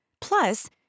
Plus